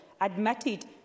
admitted